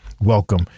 welcome